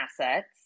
assets